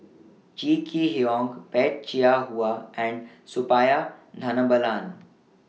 Kee Hiong Peh Chin Hua and Suppiah Dhanabalan